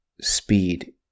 speed